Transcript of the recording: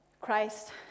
Christ